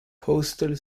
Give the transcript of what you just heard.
postal